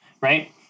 right